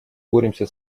боремся